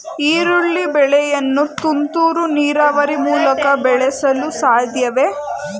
ಈರುಳ್ಳಿ ಬೆಳೆಯನ್ನು ತುಂತುರು ನೀರಾವರಿ ಮೂಲಕ ಬೆಳೆಸಲು ಸಾಧ್ಯವೇ?